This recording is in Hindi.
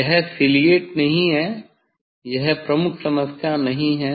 यह सिलिअट नहीं है यह प्रमुख समस्या नहीं है